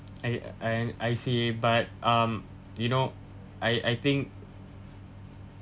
I I un~ I see but um you know I I think